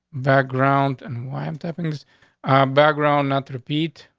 background. and why? i'm toppings background not repeat.